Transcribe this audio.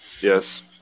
Yes